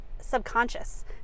subconscious